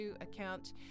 account